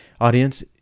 Audience